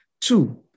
Two